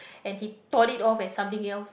and he thought it of as something else